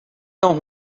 tão